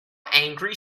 angry